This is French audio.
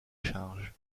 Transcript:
charge